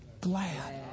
glad